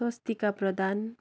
Swastika Pradhan